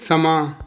ਸਮਾਂ